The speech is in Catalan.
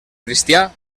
cristià